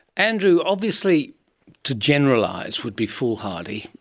andrew, obviously to generalise would be foolhardy.